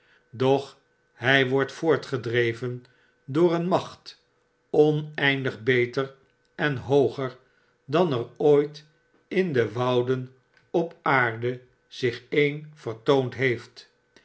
doch h j wordt voortgedreven door een macht oneindig beter en hooger dan er ooit in de wouden op aarde zich een vertoond heeft